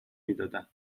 میدادن